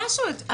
מה זאת אומרת?